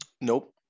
Nope